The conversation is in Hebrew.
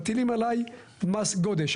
מטילים עליי מס גודש.